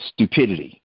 stupidity